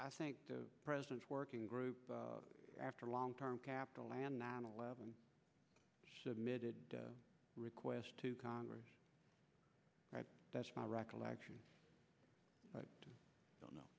i think the president's working group after a long term capital and nine eleven submitted a request to congress that's my recollection but i don't know